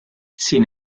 sin